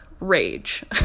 Rage